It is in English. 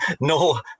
No